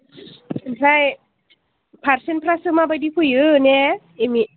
ओमफ्राय पार्सेनफ्रासो माबायदि फैयो ने एम ए